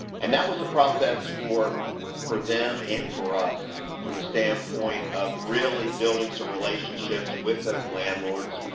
and that was process for for them and for us from the standpoint of really building some relationships with those landlords,